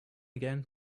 again